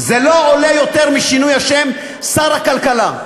זה לא עולה יותר משינוי השם "שר הכלכלה"